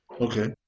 Okay